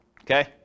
okay